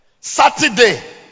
Saturday